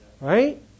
Right